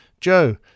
Joe